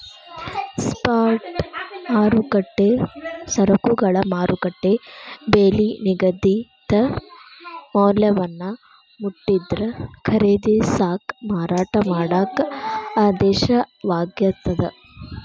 spot ಮಾರುಕಟ್ಟೆ ಸರಕುಗಳ ಮಾರುಕಟ್ಟೆ ಬೆಲಿ ನಿಗದಿತ ಮೌಲ್ಯವನ್ನ ಮುಟ್ಟಿದ್ರ ಖರೇದಿಸಾಕ ಮಾರಾಟ ಮಾಡಾಕ ಆದೇಶವಾಗಿರ್ತದ